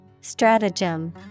Stratagem